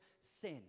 sin